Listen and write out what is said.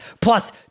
plus